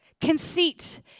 Conceit